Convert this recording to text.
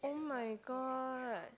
[oh]-my-god